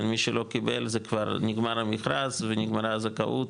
מי שלא קיבל זה כבר נגמר המכרז ונגמרה הזכאות